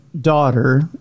daughter